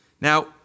Now